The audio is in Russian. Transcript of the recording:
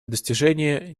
достижение